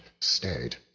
stayed